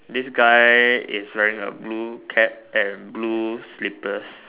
this guy is wearing a blue cap and blue slippers